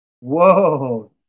Whoa